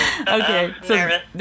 Okay